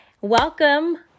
Welcome